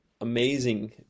amazing